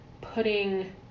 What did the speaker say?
putting